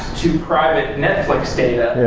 to private netflix data.